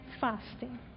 fasting